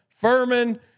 Furman